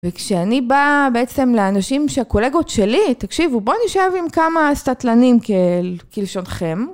וכשאני באה בעצם לאנשים שהקולגות שלי, תקשיבו בואו נשב עם כמה סטטלנים כלשונכם.